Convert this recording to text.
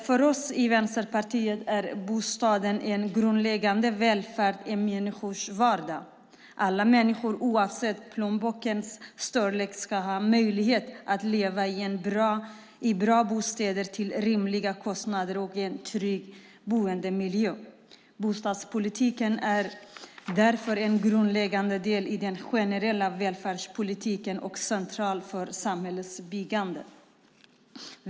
För oss i Vänsterpartiet är bostaden en grundläggande välfärd i människors vardag. Alla människor, oavsett plånbokens storlek, ska ha möjlighet att leva i bra bostäder till rimliga kostnader och i en trygg boendemiljö. Bostadspolitiken är därför en grundläggande del i den generella välfärdspolitiken och central för samhällsbyggandet.